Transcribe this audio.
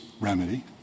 remedy